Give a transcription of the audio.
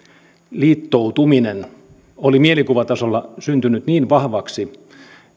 liittoutuminen oli mielikuvatasolla syntynyt niin vahvaksi